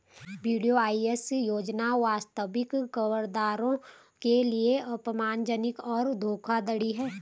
VDIS योजना वास्तविक करदाताओं के लिए अपमानजनक और धोखाधड़ी है